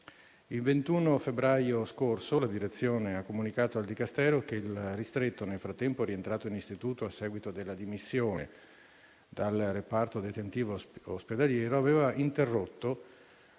Il 21 febbraio scorso la direzione ha comunicato al Dicastero che il ristretto, nel frattempo rientrato in istituto a seguito della dimissione dal reparto detentivo ospedaliero, aveva interrotto